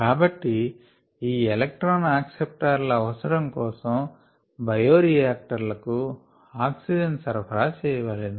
కాబట్టి ఈ electron acceptor ల అవసరం కోసం బయోరియాక్టర్ల కు ఆక్సిజన్ సరఫరా చేయవలెను